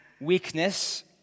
weakness